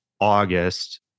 August